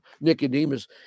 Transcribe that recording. Nicodemus